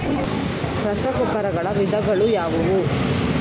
ರಸಗೊಬ್ಬರಗಳ ವಿಧಗಳು ಯಾವುವು?